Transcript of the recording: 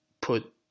put